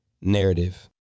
narrative